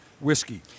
Whiskey